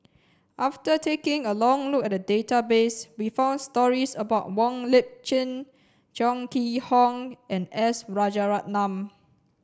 after taking a look at the database we found stories about Wong Lip Chin Chong Kee Hiong and S Rajaratnam